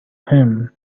him